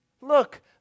Look